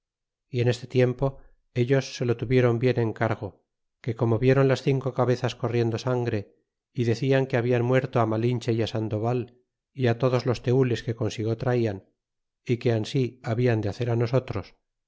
y en este tiempo ellos se lo tuvieron bien en cargo que como vieron las cinco cabezas corriendo sangre y decian que hablan muerto m'alinee y sandoval y todos los tenles que consigo traian é que ansi habian hacer nosotros